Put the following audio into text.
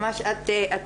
ממש את אחותי,